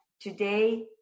Today